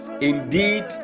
indeed